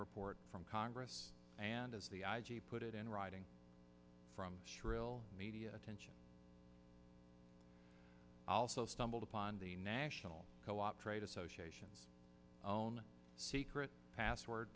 report from congress and as the i g put it in writing from shrill media attention also stumbled upon the national co op trade associations own secret password